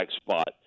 spot